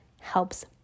helps